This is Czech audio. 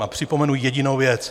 A připomenu jedinou věc.